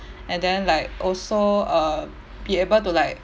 and then like also uh be able to like